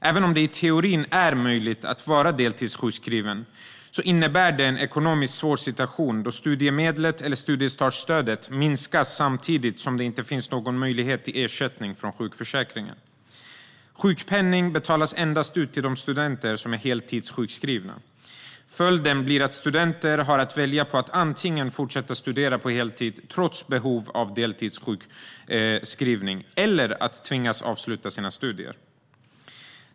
Även om det i teorin är möjligt att vara deltidssjukskriven innebär det en ekonomiskt svår situation, då studiemedlet eller studiestartsstödet minskas, samtidigt som det inte finns någon möjlighet till ersättning från sjukförsäkringen. Sjukpenning betalas endast ut till de studenter som är heltidssjukskrivna. Följden blir att studenter har att välja på att antingen fortsätta studera på heltid, trots behov av deltidssjukskrivning, eller att tvingas avsluta sina studier.